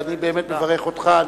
ואני באמת מברך אותך.